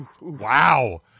Wow